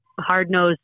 hard-nosed